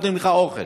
לא נותנים לך אוכל.